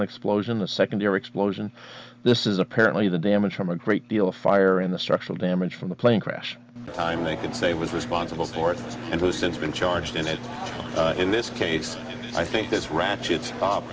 an explosion a secondary explosion this is apparently the damage from a great deal of fire in the structural damage from the plane crash time they can say was responsible for it and was since been charged in that in this case i think this ratchet